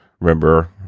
remember